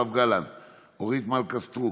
פנו אל קושניר,